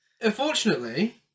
Unfortunately